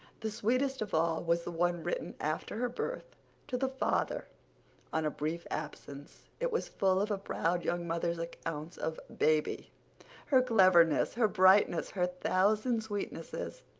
the sweetest of all was the one written after her birth to the father on a brief absence. it was full of a proud young mother's accounts of baby her cleverness, her brightness, her thousand sweetnesses.